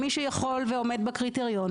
שמי אסף,